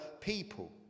people